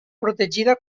protegida